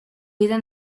vida